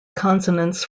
consonants